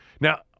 Now